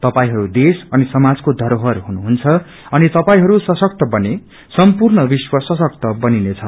तपाईहरू देश अन समाजको धरोहर हुनुहुन्छ अनि तपाईहरू सशक्त बने सम्पूर्ण विश्व सशक्त बनिनेछ